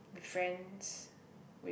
be friends with